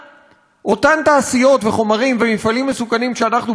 אותן תעשיות וחומרים ומפעלים מסוכנים שאנחנו באמת צריכים,